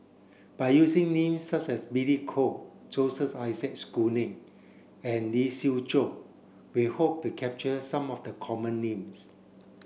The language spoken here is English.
by using names such as Billy Koh Joseph Isaac Schooling and Lee Siew Choh we hope to capture some of the common names